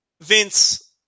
Vince